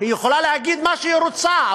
היא יכולה להגיד מה שהיא רוצה,